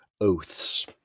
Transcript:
oaths